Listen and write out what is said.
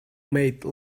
made